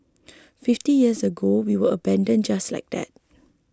fifty years ago we were abandoned just like that